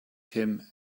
him